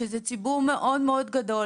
שזה ציבור מאוד גדול